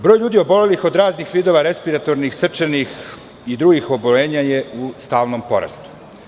Broj ljudi obolelih od raznih vidova respiratornih, srčanih i drugih oboljenja je u stalnom porastu.